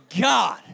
God